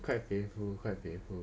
quite painful quite painful